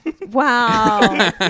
Wow